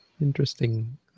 interesting